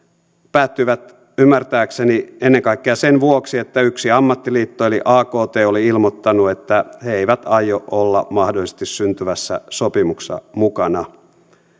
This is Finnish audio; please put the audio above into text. päättyivät ymmärtääkseni ennen kaikkea sen vuoksi että yksi ammattiliitto eli akt oli ilmoittanut että he eivät aio olla mahdollisesti syntyvässä sopimuksessa mukana